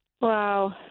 Wow